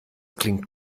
klingt